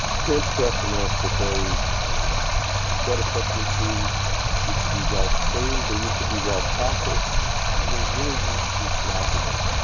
can't stress enough that those threat assessment teams need to be well trained, they need to be well practiced and they really need to be collaborative.